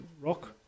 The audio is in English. rock